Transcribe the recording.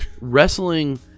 wrestling